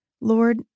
Lord